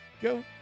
Go